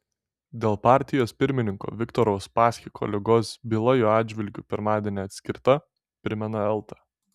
dėl partijos pirmininko viktoro uspaskicho ligos byla jo atžvilgiu pirmadienį atskirta primena elta